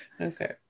okay